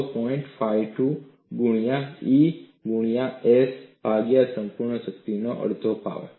52 ગુણ્યા E ગુણ્યા gama S ભાગ્યા સંપૂર્ણ શક્તિ અડધા પાવર